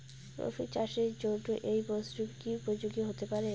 রসুন চাষের জন্য এই মরসুম কি উপযোগী হতে পারে?